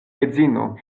edzino